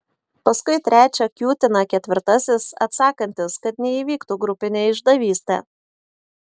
paskui trečią kiūtina ketvirtasis atsakantis kad neįvyktų grupinė išdavystė